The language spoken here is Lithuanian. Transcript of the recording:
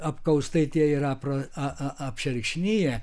apkaustai tie yra apr a a a apšerkšniję